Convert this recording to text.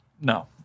no